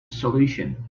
solution